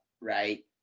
Right